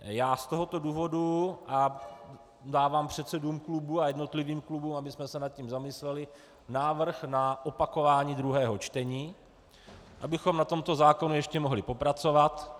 Z tohoto důvodu dávám předsedům klubů a jednotlivým klubům, abychom se nad tím zamysleli, návrh na opakování druhého čtení, abychom na tomto zákonu ještě mohli popracovat.